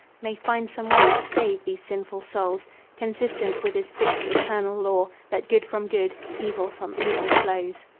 may find some way to save these sinful souls consistent with his fixed eternal law that good from good, evil from evil flows.